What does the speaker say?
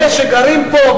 אלה שגרים פה,